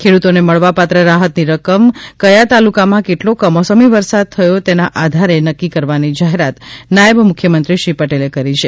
ખેડૂતો ને મળવાપાત્ર રાહત ની રકમ ક્યાં તાલુકા માં કેટલો કમોસમી વરસાદ થયો તેના આધારે નક્કી કરવાની જાહેરાત નાયબ મુખ્યમંત્રી શ્રી પટેલે કરી છે